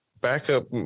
backup